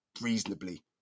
reasonably